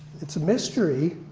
it's a mystery,